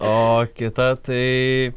o kita tai